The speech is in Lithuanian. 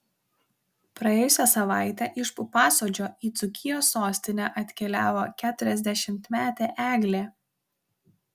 praėjusią savaitę iš pupasodžio į dzūkijos sostinę atkeliavo keturiasdešimtmetė eglė